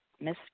Miss